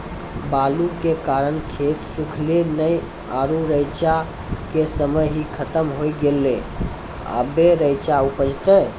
बालू के कारण खेत सुखले नेय आरु रेचा के समय ही खत्म होय गेलै, अबे रेचा उपजते?